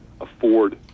afford